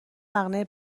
مقنعه